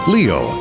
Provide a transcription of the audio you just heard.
Leo